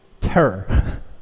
Terror